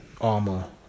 armor